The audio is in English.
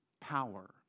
power